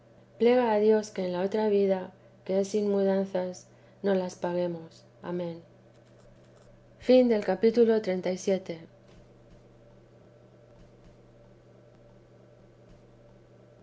pjega a dios que en la otra vida que es sin mudanzas no las paguemos amén capítulo